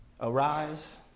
arise